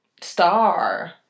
Star